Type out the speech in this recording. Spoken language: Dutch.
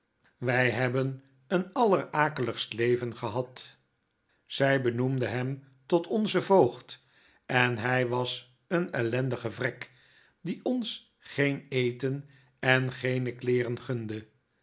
wy hebben een allerakeligst leven gehad zij benoemde hem tot onzen voogd en hij was een ellendige vrek die ons geen eten en geene kleeren gunde